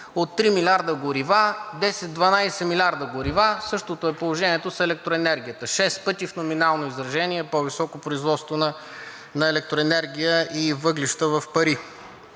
от 3 милиарда горива – 10 – 12 милиарда горива. Същото е положението и с електроенергията – шест пъти в номинално изражение по-високо производство на електроенергия и въглища в пари.